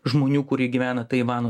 žmonių kurie gyvena taivano